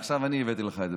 עכשיו אני הבאתי לך את זה,